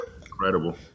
Incredible